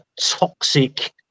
toxic